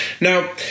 now